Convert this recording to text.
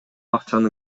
акчаны